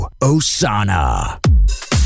Osana